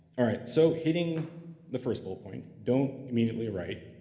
all right. so hitting the first bullet point, don't immediately write.